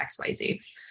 XYZ